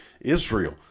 Israel